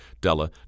Della